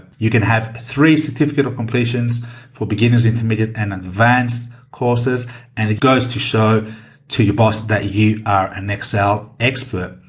you can have three certificate of completions for beginners, intermediate and advanced courses and it goes to show to your boss that you are an excel expert.